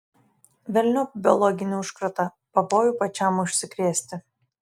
velniop biologinį užkratą pavojų pačiam užsikrėsti